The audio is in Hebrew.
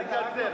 תקצר.